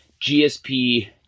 GSP